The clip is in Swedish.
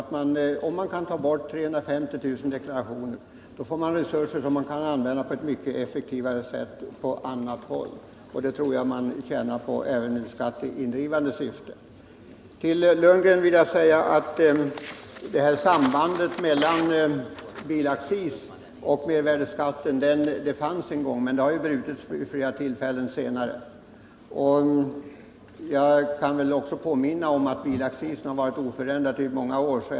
Om man kan ta bort 350 000 deklarationer får man resurser som kan användas på ett mycket effektivare sätt på annat håll. Det tror jag man tjänar på även ur skatteindrivningssynpunkt. Till Bo Lundgren vill jag säga att ett samband mellan bilaccis och mervärdeskatt fanns en gång, men det har därefter brutits vid flera tillfällen. Jag kan också påminna om att bilaccisen har varit oförändrad i många år.